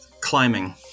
Climbing